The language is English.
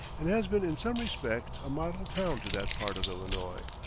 and has been in some respects a model town to that part of illinois.